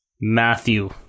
Matthew